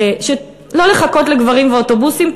שלא לחכות לגברים ואוטובוסים,